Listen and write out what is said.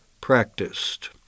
practiced